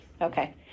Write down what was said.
Okay